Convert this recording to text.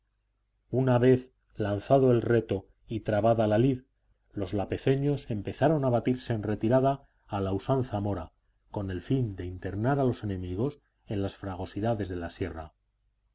una vez lanzado el reto y trabada la lid los lapezeños empezaron a batirse en retirada a la usanza mora con el fin de internar a los enemigos en las fragosidades de la sierra